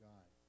God